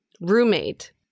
roommate